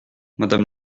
madame